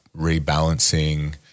rebalancing